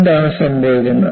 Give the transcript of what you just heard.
എന്താണ് സംഭവിക്കുന്നത്